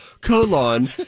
colon